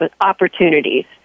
opportunities